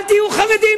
אל תהיו חרדים.